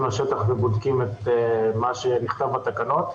לשטח ובודקים את יישום מה שנכתב בתקנות.